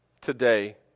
today